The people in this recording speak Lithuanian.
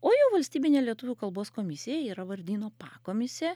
o jau valstybinėj lietuvių kalbos komisijoj yra vardyno pakomisė